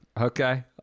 okay